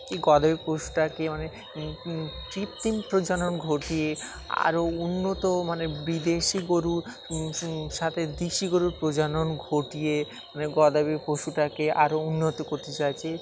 এই গবাদি পশুটাকে মানে কৃত্রিম প্রজনন ঘটিয়ে আরও উন্নত মানে বিদেশি গরুর সাথে দেশি গরুর প্রজনন ঘটিয়ে মানে গবাদি পশুটাকে আরও উন্নত করতে চাইছি